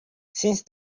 since